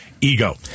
ego